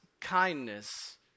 kindness